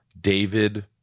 David